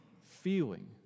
feeling